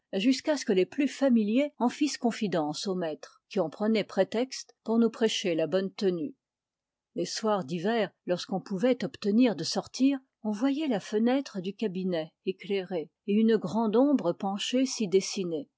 jusqu'à ce que les plus familiers en fissent confidence au maître qui en prenait prétexte pour nous prêcher la bonne tenue les soirs d'hiver lorsqu o'n pouvait obtenir de sortir on voyait la fenêtre du cabinet éclairée et une grande ombre penchée s'y dessiner